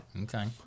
Okay